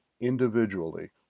individually